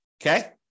Okay